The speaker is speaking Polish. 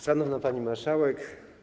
Szanowna Pani Marszałek!